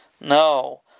No